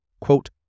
Quote